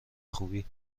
خوبی